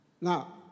Now